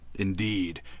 Indeed